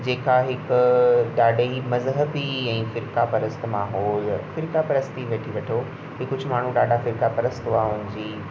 जेका हिकु ॾाढे ई मज़हबी ऐं फ़िरकापरस्त माहौल फ़िरकापरस्त ई वठी वठो कि कुझु माण्हू ॾाढा फ़िरकापरस्त हुआ हुन जी